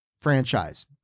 franchise